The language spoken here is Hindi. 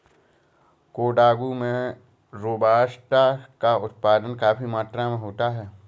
कोडागू में रोबस्टा का उत्पादन काफी मात्रा में होता है